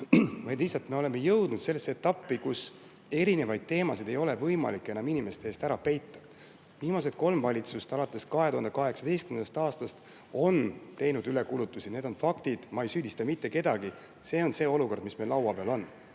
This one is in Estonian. vaid me oleme lihtsalt jõudnud sellisesse etappi, kus erinevaid teemasid ei ole võimalik enam inimeste eest ära peita. Viimased kolm valitsust alates 2018. aastast on teinud ülekulutusi. Need on faktid. Ma ei süüdista mitte kedagi. Selline on olukord, mis meil laua peal on,